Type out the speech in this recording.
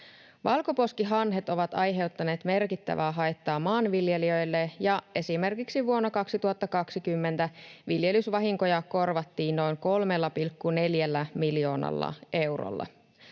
Valkoposkihanhet ovat aiheuttaneet merkittävää haittaa maanviljelijöille, ja esimerkiksi vuonna 2020 viljelysvahinkoja korvattiin noin 3,4 miljoonalla eurolla.